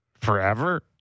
forever